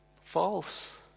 False